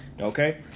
Okay